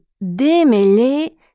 démêler